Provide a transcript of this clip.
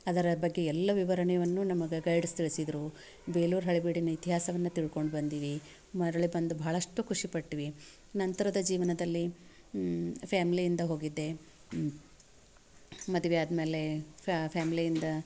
ಅದರ ಬಗ್ಗೆ ಎಲ್ಲ ವಿವರಣೆಯನ್ನು ನಮಗೆ ಗೈಡ್ಸ್ ತಿಳಿಸಿದರು ಬೇಲೂರು ಹಳೆಬೀಡಿನ ಇತಿಹಾಸವನ್ನು ತಿಳ್ಕೊಂಡು ಬಂದಿವಿ ಮರಳಿ ಬಂದು ಭಾಳಷ್ಟು ಖುಷಿಪಟ್ವಿ ನಂತರದ ಜೀವನದಲ್ಲಿ ಫ್ಯಾಮ್ಲಿಯಿಂದ ಹೋಗಿದ್ದೆ ಮದುವೆ ಆದಮೇಲೆ ಫ್ಯಾಮ್ಲಿಯಿಂದ